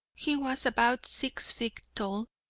he was about six feet tall,